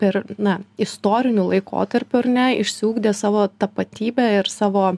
per na istoriniu laikotarpiu ar ne išsiugdė savo tapatybę ir savo